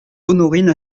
honorine